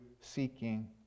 seeking